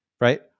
right